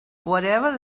whatever